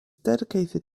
dedicated